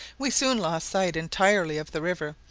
we soon lost sight entirely of the river,